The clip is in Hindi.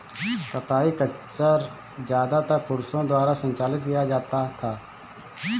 कताई खच्चर ज्यादातर पुरुषों द्वारा संचालित किया जाता था